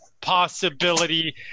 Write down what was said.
possibility